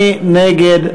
מי נגד?